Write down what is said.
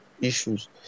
issues